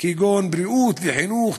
כגון בריאות וחינוך.